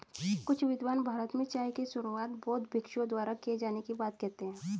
कुछ विद्वान भारत में चाय की शुरुआत बौद्ध भिक्षुओं द्वारा किए जाने की बात कहते हैं